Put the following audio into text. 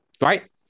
right